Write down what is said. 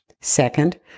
Second